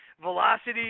velocity